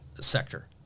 sector